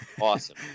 Awesome